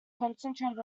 concentrated